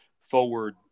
forward